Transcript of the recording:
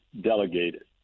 delegated